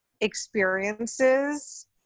experiences